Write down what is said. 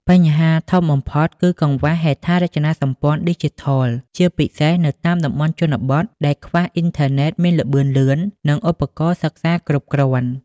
បញ្ហាធំបំផុតគឺ កង្វះហេដ្ឋារចនាសម្ព័ន្ធឌីជីថល ជាពិសេសនៅតាមតំបន់ជនបទដែលខ្វះអ៊ីនធឺណិតមានល្បឿនលឿន និងឧបករណ៍សិក្សាគ្រប់គ្រាន់។